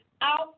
out